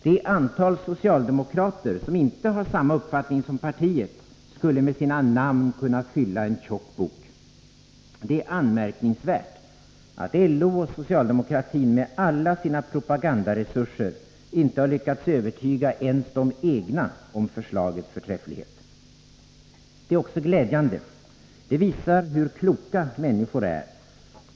Det antal socialdemokrater däremot som inte har samma uppfattning som partiet skulle med sina namn kunna fylla en tjock bok. Det är anmärkningsvärt att LO och socialdemokratin med alla sina propagandaresurser inte har lyckats övertyga ens de egna om förslagets förträfflighet. Detta är också glädjande, eftersom det visar hur kloka människor är.